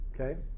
Okay